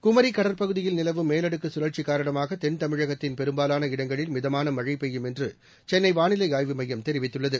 குமரிக் கடற்பகுதியில் நிலவும் மேலடுக்கு கழற்சி காரணமாக தென் தமிழகத்தின் பெரும்பாவான இடங்களில் மிதமான மழை பெய்யும் என்று சென்னை வானிலை ஆய்வு மையம் தெரிவித்துள்ளது